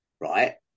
Right